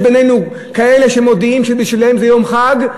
יש בינינו כאלה שמודיעים שבשבילם זה יום חג,